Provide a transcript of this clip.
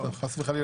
חס וחלילה,